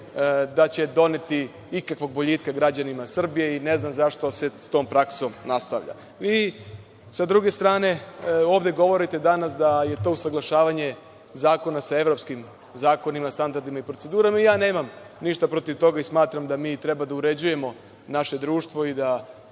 da će doneti ikakvog boljitka građanima Srbije i ne znam zašto se sa tom praksom nastavlja. Sa druge strane, ovde govorite danas da je to usaglašavanje zakona sa evropskim zakonima, standardima i procedurama. Nemam ništa protiv toga i smatram da mi treba da uređujemo naše društvo i da